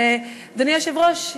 ואדוני היושב-ראש,